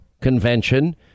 Convention